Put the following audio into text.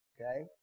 okay